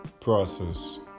process